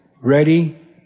ready